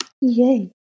Yay